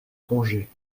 congés